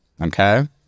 Okay